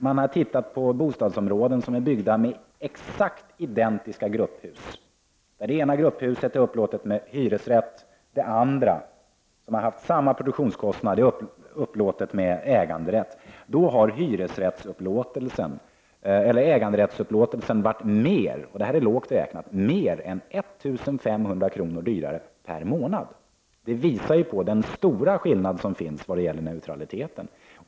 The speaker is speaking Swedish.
Man har studerat bostadsområden som har bebyggts med helt identiska grupphus, där det ena grupphuset är upplåtet med hyresrätt och det andra, som har samma produktionskostnader, är upplåtet med äganderätt. Det visar sig att äganderättsupplåtelse är, lågt räknat, mer än 1 500 kr. dyrare per månad! Detta visar den stora skillnaden i neutraliteten.